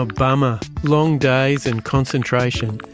ah bumma, long days and concentration.